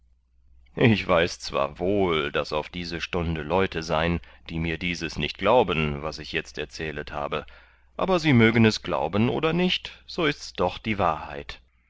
ich weiß zwar wohl daß auf diese stunde leute sein die mir dieses nicht glauben was ich jetzt erzählet habe aber sie mögen es glauben oder nicht so ists doch die wahrheit